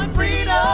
and freedom. ah